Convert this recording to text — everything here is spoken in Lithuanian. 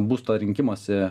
būsto rinkimosi